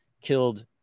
killed